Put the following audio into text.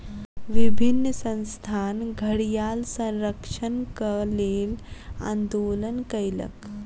विभिन्न संस्थान घड़ियाल संरक्षणक लेल आंदोलन कयलक